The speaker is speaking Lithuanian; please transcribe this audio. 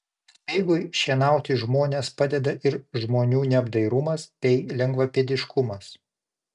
speigui šienauti žmones padeda ir žmonių neapdairumas bei lengvapėdiškumas